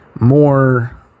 more